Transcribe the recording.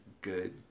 good